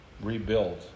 rebuild